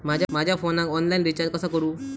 माझ्या फोनाक online recharge कसा करू?